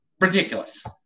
Ridiculous